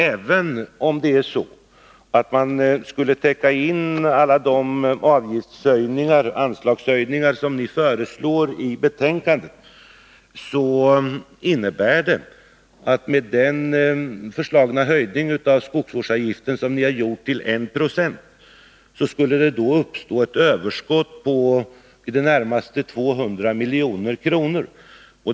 Även om man skulle täcka in alla de avgiftshöjningar och anslagshöjningar som ni föreslår, innebär det att det med den föreslagna höjningen av skogsvårdsavgiften med 1 Yo skulle uppstå ett överskott på i det närmaste 200 milj.kr.